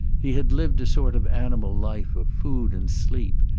he had lived a sort of animal life of food and sleep,